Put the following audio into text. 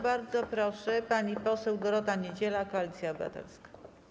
Bardzo proszę, pani poseł Dorota Niedziela, Koalicja Obywatelska.